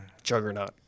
Juggernaut